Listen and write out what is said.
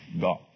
God